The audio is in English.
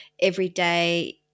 everyday